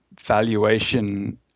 valuation